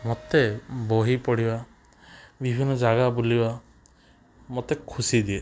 ମୋତେ ବହି ପଢ଼ିବା ବିଭିନ୍ନ ଜାଗା ବୁଲିବା ମୋତେ ଖୁସି ଦିଏ